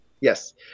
Yes